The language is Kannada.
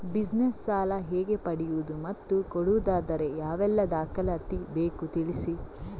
ಬಿಸಿನೆಸ್ ಸಾಲ ಹೇಗೆ ಪಡೆಯುವುದು ಮತ್ತು ಕೊಡುವುದಾದರೆ ಯಾವೆಲ್ಲ ದಾಖಲಾತಿ ಬೇಕು ತಿಳಿಸಿ?